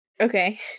Okay